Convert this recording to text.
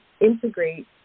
integrate